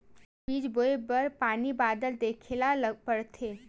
का बीज बोय बर पानी बादल देखेला पड़थे?